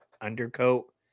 undercoat